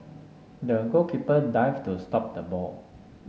the goalkeeper dive to stop the ball